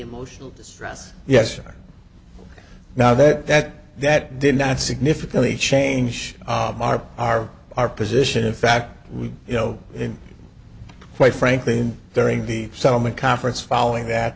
emotional distress yes or now that that that did not significantly change our our our position in fact we you know and quite frankly and during the settlement conference following that